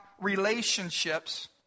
relationships